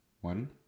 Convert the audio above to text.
One